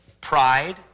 pride